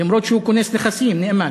אף שהוא כונס נכסים, נאמן.